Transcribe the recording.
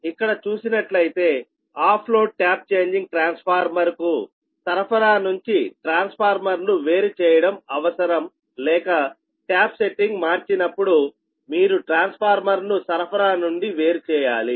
ఇక్కడ చూసినట్లయితే off load tap changing transformer కు సరఫరా నుంచి ట్రాన్స్ఫార్మర్ను వేరు చేయడం అవసరం లేక ట్యాప్ సెట్టింగ్ మార్చబడినప్పుడు మీరు ట్రాన్స్ఫార్మర్ను సరఫరా నుండి వేరు చేయాలి